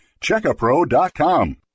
Checkapro.com